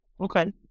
Okay